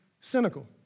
cynical